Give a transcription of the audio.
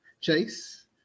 Chase